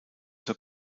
zur